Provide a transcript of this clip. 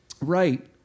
right